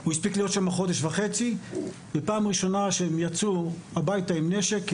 הוא הספיק להיות שם חודש וחצי ופעם ראשונה שהם יצאו הביתה עם נשק,